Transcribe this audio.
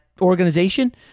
organization